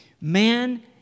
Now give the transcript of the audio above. Man